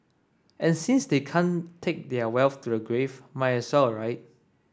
and since they can't take their wealth to the grave might a saw right